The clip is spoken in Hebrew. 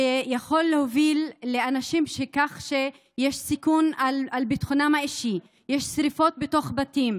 שיכול להוביל לסיכון לביטחונם האישי של אנשים: יש שרפות בתוך בתים,